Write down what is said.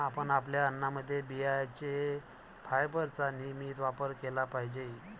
आपण आपल्या अन्नामध्ये बियांचे फायबरचा नियमित वापर केला पाहिजे